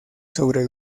sobre